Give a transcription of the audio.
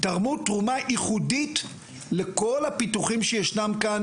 תרמו תרומה ייחודית לכל הפיתוחים שישנם כאן,